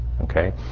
Okay